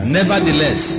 Nevertheless